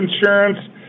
insurance